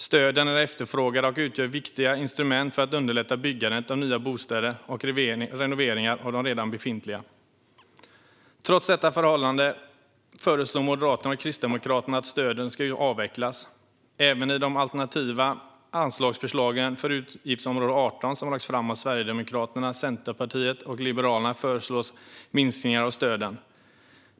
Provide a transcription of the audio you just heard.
Stöden är efterfrågade och utgör viktiga instrument för att underlätta byggandet av nya bostäder och renoveringar av redan befintliga. Trots detta förhållande föreslår Moderaterna och Kristdemokraterna att stöden ska avvecklas. Även i de alternativa anslagsförslag för utgiftsområde 18 som har lagts fram av Sverigedemokraterna, Centerpartiet och Liberalerna föreslås minskningar av stöden.